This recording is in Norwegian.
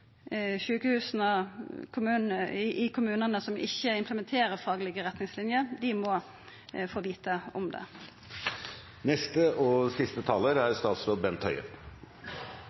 sjukehusa i kommunane som ikkje implementerer faglege retningslinjer, må få vita om det. Jeg vil takke for en viktig og